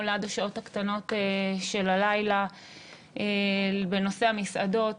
עד השעות הקטנות של הלילה בנושא המסעדות.